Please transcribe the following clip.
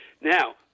Now